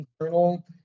internal